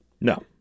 No